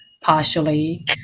partially